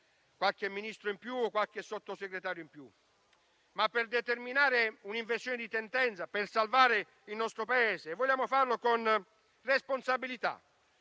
qualche Ministro o qualche Sottosegretario in più, ma per determinare un'inversione di tendenza, per salvare il nostro Paese. Vogliamo farlo con responsabilità,